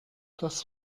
das